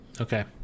Okay